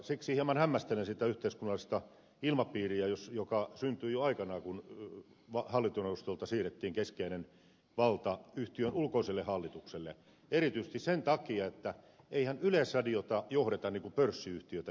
siksi hieman hämmästelen sitä yhteiskunnallista ilmapiiriä joka syntyi jo aikoinaan kun hallintoneuvostolta siirrettiin keskeinen valta yhtiön ulkoiselle hallitukselle erityisesti sen takia että eihän yleisradiota johdeta niin kuin pörssiyhtiötä johdetaan